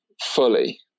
fully